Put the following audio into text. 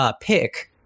pick